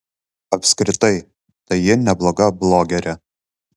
apskritai tai ji nebloga blogerė